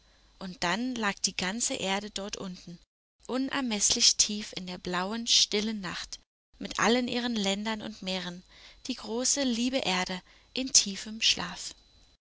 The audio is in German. und dann lag die ganze erde dort unten unermeßlich tief in der blauen stillen nacht mit allen ihren ländern und meeren die große liebe erde in tiefem schlaf